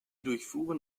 durchfuhren